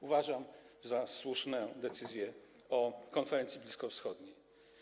Uważam za słuszne decyzje o konferencji bliskowschodniej.